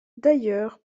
d’ailleurs